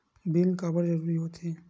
Bill काबर जरूरी होथे?